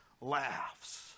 laughs